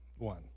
one